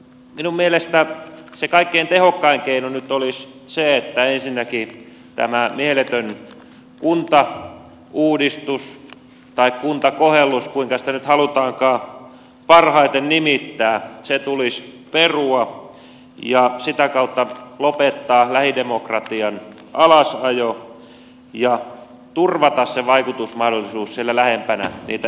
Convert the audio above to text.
minun mielestäni se kaikkein tehokkain keino nyt olisi se että ensinnäkin tämä mieletön kuntauudistus tai kuntakohellus kuinka sitä nyt halutaankaan parhaiten nimittää tulisi perua ja sitä kautta lopettaa lähidemokratian alasajo ja turvata se vaikutusmahdollisuus siellä lähempänä niitä ihmisiä